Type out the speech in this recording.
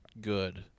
good